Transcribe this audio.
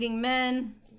men